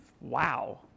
Wow